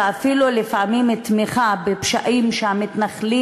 ואפילו לפעמים תמיכה בפשעים שהמתנחלים